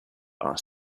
are